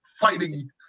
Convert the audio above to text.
fighting